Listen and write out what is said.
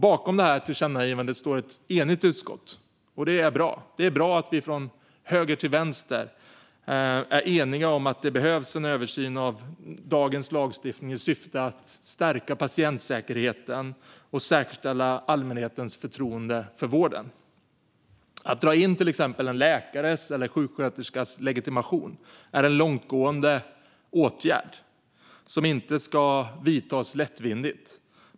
Bakom detta tillkännagivande står ett enigt utskott, vilket är bra. Det är bra att vi från höger till vänster är eniga om att det behövs en översyn av dagens lagstiftning i syfte att stärka patientsäkerheten och säkerställa allmänhetens förtroende för vården. Att dra in till exempel en läkares eller en sjuksköterskas legitimation är en långtgående åtgärd som inte ska göras lättvindigt.